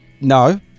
No